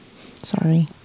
Sorry